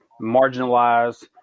marginalized